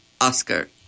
Oscar